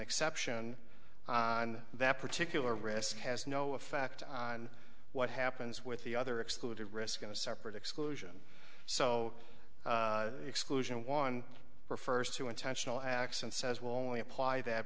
exception on that particular risk has no effect on what happens with the other excluded risk in a separate exclusion so the exclusion one refers to intentional acts and says will only apply that